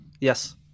Yes